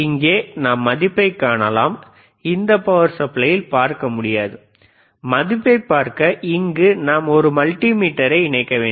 இங்கே இடது நாம் மதிப்பைக் காணலாம் வலது இங்கே பார்க்க முடியாது மதிப்பை பார்க்க இங்கு நாம் ஒரு மல்டிமீட்டரை இணைக்க வேண்டும்